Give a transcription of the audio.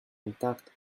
intact